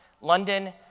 London